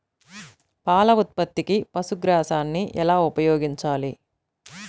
పాల ఉత్పత్తికి పశుగ్రాసాన్ని ఎలా ఉపయోగించాలి?